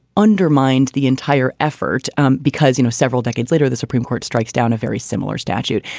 undermined the entire effort um because, you know, several decades later, the supreme court strikes down a very similar statute.